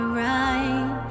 right